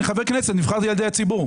אני חבר כנסת, נבחרתי על ידי הציבור.